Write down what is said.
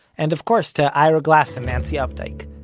and of course to ira glass and nancy updike.